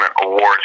Awards